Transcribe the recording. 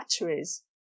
batteries